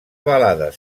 balades